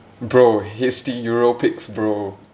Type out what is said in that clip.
bro H_D europix bro